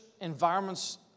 environments